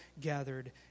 gathered